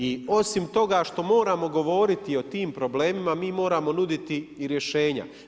I osim toga što moramo govoriti o tim problemima mi moramo nuditi i rješenja.